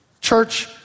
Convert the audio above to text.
church